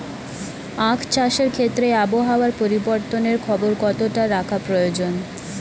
আখ চাষের ক্ষেত্রে আবহাওয়ার পরিবর্তনের খবর কতটা রাখা প্রয়োজন?